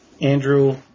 Andrew